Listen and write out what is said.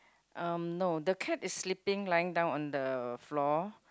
um no the cat is sleeping lying down on the floor